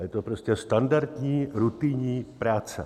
Je to prostě standardní rutinní práce.